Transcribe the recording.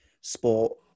sport